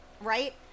Right